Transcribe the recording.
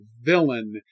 villain